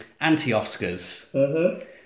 anti-Oscars